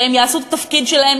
והם יעשו את התפקיד שלהם,